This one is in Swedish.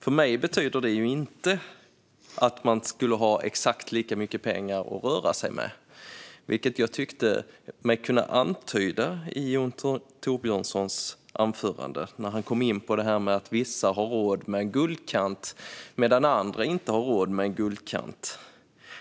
För mig betyder det inte att alla ska ha exakt lika mycket pengar att röra sig med, vilket jag tyckte mig kunna ana i Jon Thorbjörnsons anförande när han kom in på att vissa har råd med en guldkant medan andra inte har råd med en guldkant.